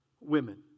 women